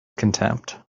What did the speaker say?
contempt